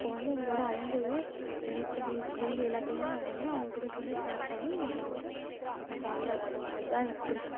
அப்போ வந்து எங்களோட அன்பையும் எ எங்களுக்கு வேண்டிய எல்லாத்தையுமே நாங்கள் வந்து அவங்கக்கிட்ட சொல்லி ஷேர் பண்ணி நாங்கள் வந்து ஜாலியாக இருக்கோம் அதான் எனக்கு பிடிக்கும்